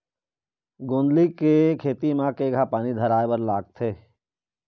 गोंदली के खेती म केघा पानी धराए बर लागथे?